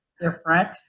different